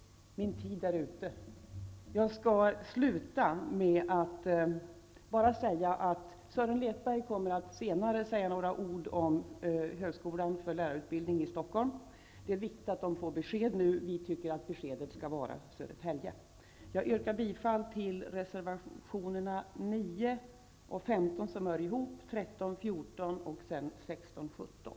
Min taletid är ute. Jag vill sluta med att säga att Sören Lekberg kommer att senare säga några ord om högskolan för lärarutbildning i Stockholm. Det är viktigt nu med ett besked. Vi tycker att beskedet skall vara Södertälje. Jag yrkar bifall till reservationerna 9 och 15, som hör ihop, 13, 14, 16 samt 17.